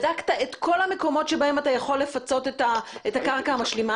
בדקת את כל המקומות שבהם אתה יכול לפצות את הקרקע המשלימה